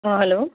हँ हेलो